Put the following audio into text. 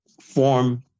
form